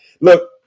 Look